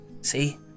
See